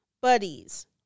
buddies